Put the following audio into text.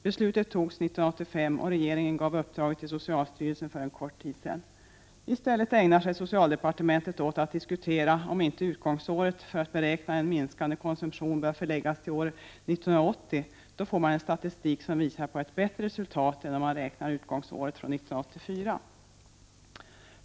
Beslutet fattades 1985, och regeringen gav uppdraget till socialstyrelsen för en kort tid sedan. I stället ägnar sig socialdepartementet åt att diskutera om inte utgångsåret för att beräkna en minskande konsumtion bör förläggas till år 1980, då man får statistik som visar på ett bättre resultat än om man räknar utgångsåret från 1984.